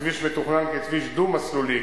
הכביש מתוכנן ככביש דו-מסלולי,